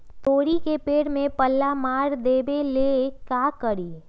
तोड़ी के पेड़ में पल्ला मार देबे ले का करी?